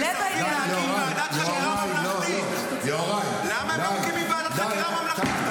לב העניין הוא שאתם מסרבים להקים ועדת חקירה ממלכתית.